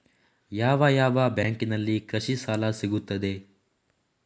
ಯಾವ ಯಾವ ಬ್ಯಾಂಕಿನಲ್ಲಿ ಕೃಷಿ ಸಾಲ ಸಿಗುತ್ತದೆ?